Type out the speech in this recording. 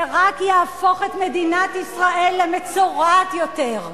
זה רק יהפוך את מדינת ישראל למצורעת יותר.